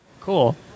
Cool